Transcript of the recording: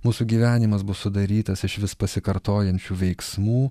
mūsų gyvenimas bus sudarytas iš vis pasikartojančių veiksmų